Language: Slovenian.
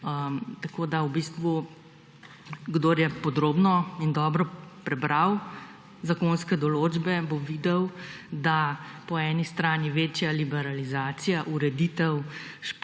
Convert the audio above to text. organizacij. Kdor je podrobno in dobro prebral zakonske določbe, bo videl, da bodo po eni strani večja liberalizacija, ureditev